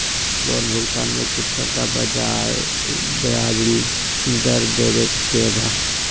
Loan भुगतान में कितना का ब्याज दर देवें के बा?